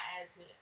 attitude